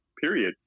period